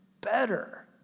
better